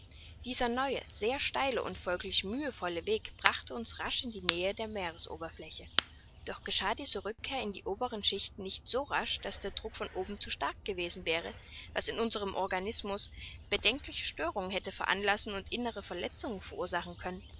dieser neue sehr steile und folglich mühevolle weg brachte uns rasch in die nähe der meeresoberfläche doch geschah diese rückkehr in die oberen schichten nicht so rasch daß der druck von oben zu stark gewesen wäre was in unserem organismus bedenkliche störungen hätte veranlassen und innere verletzungen verursachen können